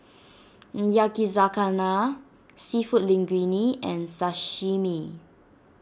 Yakizakana Seafood Linguine and Sashimi